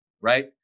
right